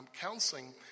counseling